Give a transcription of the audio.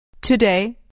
Today